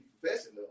professional